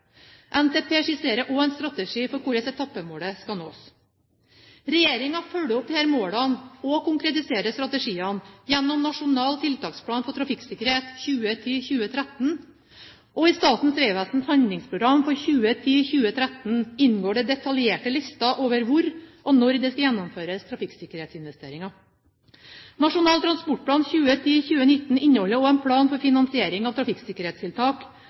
NTP skisserte også en strategi for hvordan etappemålet skal nås. Regjeringen følger opp disse målene og konkretiserer strategiene gjennom Nasjonal tiltaksplan for trafikksikkerhet på veg 2010–2013, og i Statens vegvesens Handlingsprogram for 2010–2013 inngår det detaljerte lister over hvor og når det skal gjennomføres trafikksikkerhetsinvesteringer. Nasjonal transportplan 2010–2019 inneholder også en plan for finansiering av trafikksikkerhetstiltak,